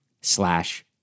slash